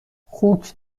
خوک